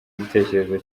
igitekerezo